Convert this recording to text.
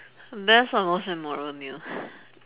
best and most memorable meal